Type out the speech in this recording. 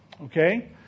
Okay